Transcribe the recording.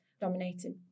dominated